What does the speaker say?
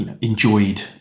enjoyed